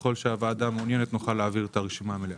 ככל שהוועדה מעוניינת נוכל להעביר את הרשימה המלאה.